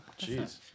Jeez